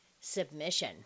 submission